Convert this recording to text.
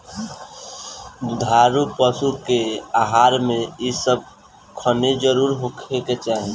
दुधारू पशु के आहार में इ सब खनिज जरुर होखे के चाही